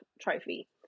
trophy